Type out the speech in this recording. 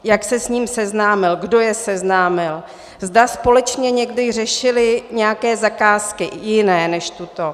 Jak se s ním seznámil, kdo je seznámil, zda společně někdy řešili nějaké zakázky i jiné než tuto.